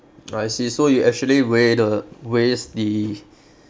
I see so you actually weigh the weighs the